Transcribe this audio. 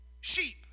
sheep